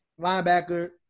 linebacker